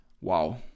wow